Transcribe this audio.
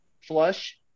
flush